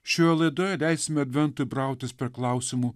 šioje laidoje leisime adventui brautis per klausimų